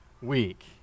week